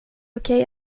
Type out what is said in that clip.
okej